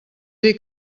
dir